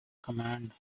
command